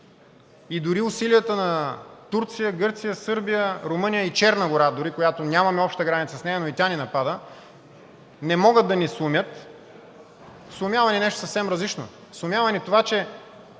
и дори усилията на Турция, Гърция, Сърбия, Румъния и Черна гора дори, която нямаме обща граница с нея, но и тя ни напада, не могат да ни сломят – сломява ни нещо съвсем различно. Сломява ни това, че